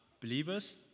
believers